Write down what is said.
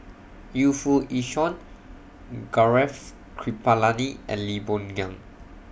Yu Foo Yee Shoon Gaurav Kripalani and Lee Boon Ngan